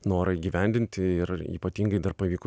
norą įgyvendinti ir ypatingai dar pavyko